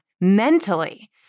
mentally